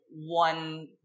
one